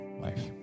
life